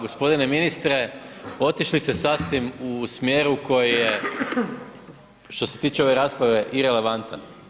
Gospodine ministre, otišli ste sasvim u smjeru koji je što se tiče ove rasprave irelevantan.